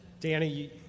Danny